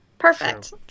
perfect